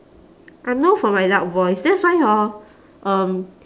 I'm known for my loud voice that's why hor um